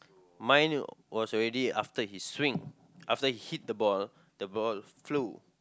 mine was already after he swing after he hit the ball the ball flew